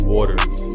Waters